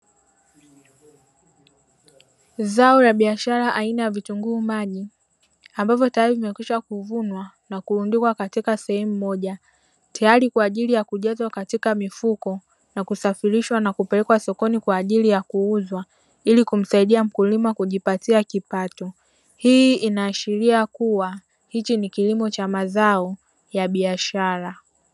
Zao la biashara aina ya vitunguu maji, ambavyo tayari vimekwisha kuvunwa na kurundikwa katika sehemu moja, tayari kwa ajili ya kujazwa katika mifuko, na kusafirishwa kupelekwa sokoni kwa ajili ya kuuzwa ili kumsaidia mkulima kujipatia kipato. Hii inaashiria kua hiki ni kilimo cha mazao ya biashara.